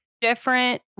different